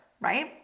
right